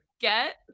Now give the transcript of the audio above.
get